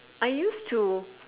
I used to